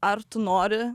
ar tu nori